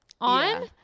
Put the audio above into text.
on